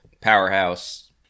powerhouse